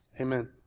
Amen